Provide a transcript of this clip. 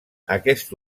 aquest